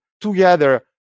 together